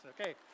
Okay